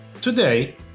Today